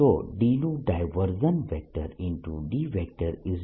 તો D નું divergence